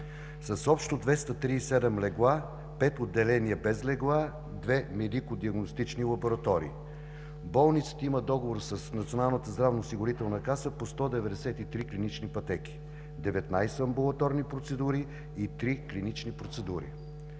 с общо 237 легла, пет отделения без легла, две медико-диагностични лаборатории. Болницата има договор с Националната здравноосигурителна каса по 193 клинични пътеки, 19 амбулаторни процедури и 3 клинични процедури.